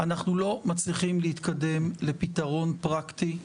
אנחנו לא מצליחים להתקדם לפתרון פרקטי לטובת,